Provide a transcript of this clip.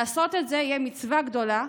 לעשות את זה יהיה מצווה גדולה,